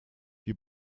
wir